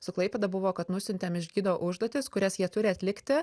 su klaipėda buvo kad nusiuntėm iš gido užduotis kurias jie turi atlikti